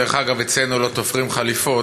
דרך אגב, אצלנו לא תופרים חליפות,